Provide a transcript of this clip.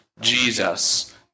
Jesus